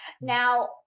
Now